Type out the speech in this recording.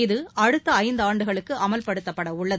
இது அடுத்த ஐந்தாண்டுகளுக்கு அமல்படுத்தப்பட உள்ளது